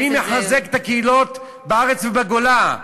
מי מחזק את הקהילות בארץ ובגולה?